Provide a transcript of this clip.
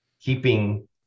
keeping